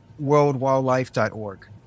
worldwildlife.org